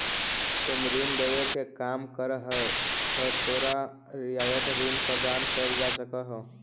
तुम ऋण देवे के काम करऽ हहीं त तोरो रियायत ऋण प्रदान कैल जा सकऽ हओ